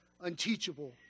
unteachable